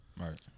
Right